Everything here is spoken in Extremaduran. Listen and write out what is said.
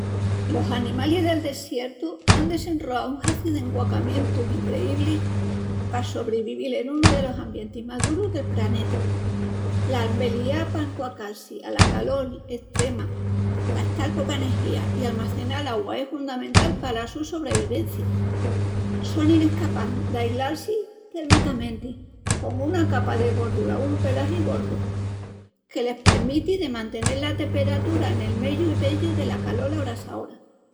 Los animalis del desiertu án desenroau un haci d'enquacamientus increíblis pa sobrevivil en unu delos ambientis más durus del praneta. L'albeliá pa enquacal-si ala calol estrema, gastal poca energía i almacenal augua es hundamental pala su sobrevivencia. Sonin escapás d'aislal-si térmicamenti, con una capa de gordura o con un pelagi gordu, que les premiti de mantenel la temperatura nel meyu i meyu dela calol abrasaora.